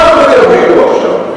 על מה אנחנו מדברים פה עכשיו?